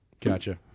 gotcha